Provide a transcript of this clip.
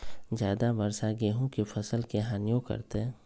ज्यादा वर्षा गेंहू के फसल के हानियों करतै?